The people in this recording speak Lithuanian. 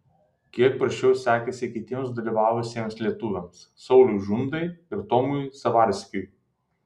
kiek prasčiau sekėsi kitiems dalyvavusiems lietuviams sauliui žundai ir tomui zavarskiui